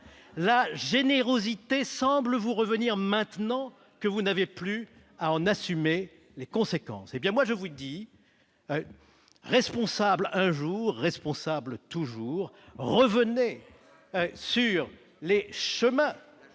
La générosité semble vous revenir maintenant que vous n'avez plus à en assumer les conséquences. Eh bien, moi, je vous le dis : responsable un jour, responsable toujours ! Oh ! Revenez sur les chemins